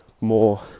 more